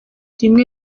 rimwe